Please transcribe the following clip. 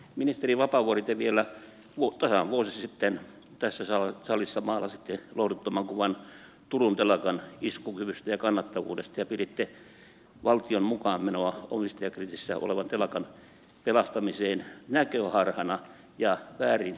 ministeri vapaavuori te vielä tasan vuosi sitten tässä salissa maalasitte lohduttoman kuvan turun telakan iskukyvystä ja kannattavuudesta ja piditte valtion mukaanmenoa omistajakriisissä olevan telakan pelastamiseen näköharhana ja väärinkäsityksenä